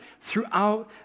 throughout